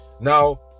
Now